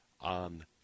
on